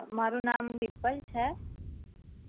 મારું નામ ડિમ્પલ છે